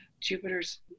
jupiter's